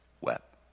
wept